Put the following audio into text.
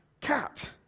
cat